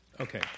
Okay